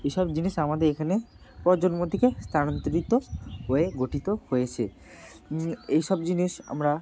এসব জিনিস আমাদের এখানে প্রজন্ম থেকে স্তানান্তরিত হয়ে গঠিত হয়েছে এই সব জিনিস আমরা